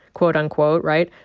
quote unquote, right,